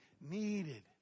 needed